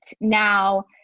now